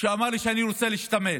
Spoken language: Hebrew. שאמר לי: אני רוצה להשתמט,